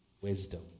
wisdom